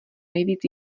nejvíc